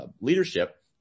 leadership